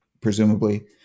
presumably